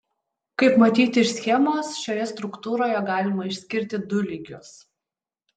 kaip matyti iš schemos šioje struktūroje galima išskirti du lygius